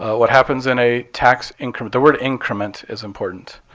what happens in a tax increment the word increment is important.